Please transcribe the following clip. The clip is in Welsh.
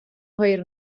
hwyr